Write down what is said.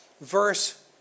verse